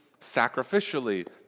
sacrificially